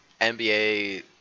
NBA